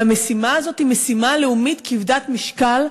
והמשימה הזאת היא משימה לאומית כבדת משקל.